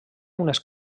unes